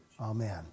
Amen